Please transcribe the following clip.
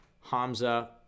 Hamza